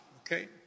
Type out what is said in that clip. Okay